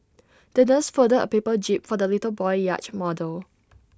the nurse folded A paper jib for the little boy yacht model